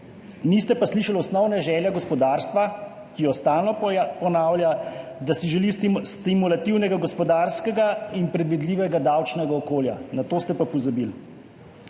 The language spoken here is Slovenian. Niste pa slišali osnovne želje gospodarstva, ki jo stalno ponavlja – da si želi stimulativnega gospodarskega in predvidljivega davčnega okolja. Na to ste pa pozabili.